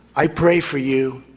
i pray for you,